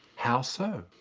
how so?